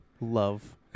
Love